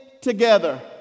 together